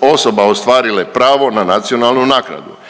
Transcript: osoba ostvarile pravo na nacionalnu naknadu.